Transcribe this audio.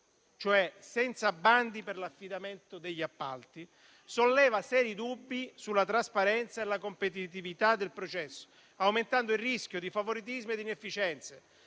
cioè senza bandi per l'affidamento degli appalti, solleva seri dubbi sulla trasparenza e la competitività del processo, aumentando il rischio di favoritismi e di inefficienze.